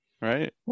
Right